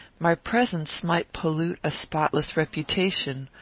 my presence might pollute a spotless reputation,